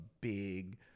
big